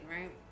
right